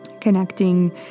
connecting